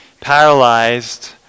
paralyzed